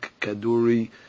Kaduri